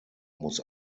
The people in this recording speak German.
muss